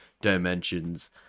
dimensions